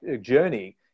journey